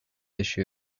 issue